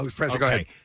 Okay